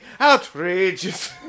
Outrageous